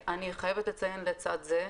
אני חייבת לציין שלצד זה,